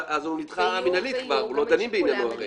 הוא נדחה מינהלית ולא דנים בעניינו.